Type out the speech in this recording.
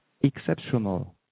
exceptional